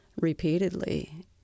repeatedly